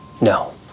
No